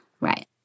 Right